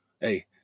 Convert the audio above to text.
Hey